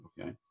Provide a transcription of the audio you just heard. okay